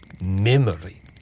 memory